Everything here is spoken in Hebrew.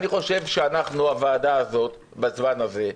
אני חושב שאנחנו הוועדה הזאת בזמן הזה,